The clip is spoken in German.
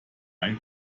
ein